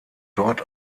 dort